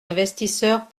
investisseurs